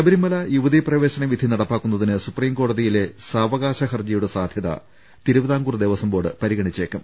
ശബരിമല യുവതീപ്രവേശന വിധി നടപ്പാക്കുന്നതിന് സുപ്രീം കോട തിയിലെ സാവകാശ ഹർജിയുടെ സാധ്യത തിരുവിതാംകൂർ ദേവസ്വം ബോർഡ് പരിഗണിച്ചേക്കും